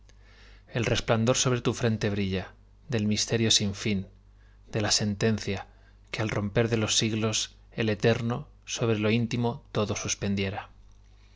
el resplandor sobre tu frente brilla del misterio sin fin de la sentencia que al romper de los siglos el eterno sobre lo íntimo todo suspendiera